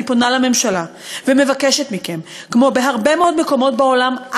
אני פונה לממשלה ומבקשת מכם: כמו בהרבה מקומות בעולם,